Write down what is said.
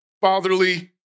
fatherly